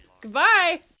Goodbye